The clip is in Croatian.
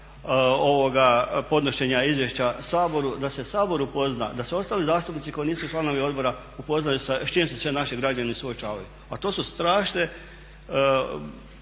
podnošenja izvješća Saboru, da se Sabor upozna, da se ostali zastupnici koji nisu članovi odbora upoznaju s čim se sve naši građani suočavaju. A to su strašne